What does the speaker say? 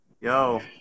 yo